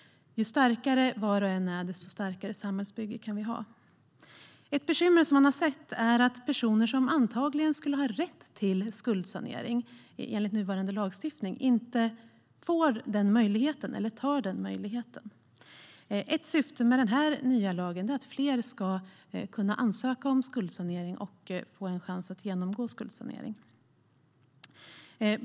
Ju starkare var och en är, desto starkare samhällsbygge kan vi ha. Ett bekymmer som man har sett är att personer som antagligen skulle ha rätt till skuldsanering enligt nuvarande lagstiftning inte får den möjligheten eller tar den möjligheten. Ett syfte med den nya lagen är att fler ska kunna ansöka om skuldsanering och få en chans att genomgå skuldsanering.